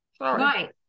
Right